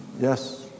yes